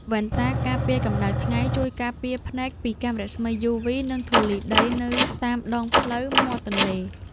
វ៉ែនតាការពារកម្ដៅថ្ងៃជួយការពារភ្នែកពីកាំរស្មីយូវី និងធូលីដីនៅតាមដងផ្លូវមាត់ទន្លេ។